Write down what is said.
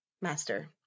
Master